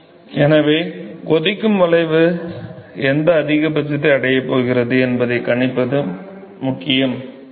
எனவே கொதிக்கும் வளைவு எந்த அதிகபட்சத்தை அடையப் போகிறது என்பதைக் கணிப்பது முக்கியம்